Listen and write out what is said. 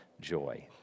joy